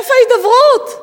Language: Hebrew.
איפה ההידברות?